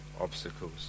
obstacles